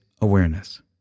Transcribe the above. awareness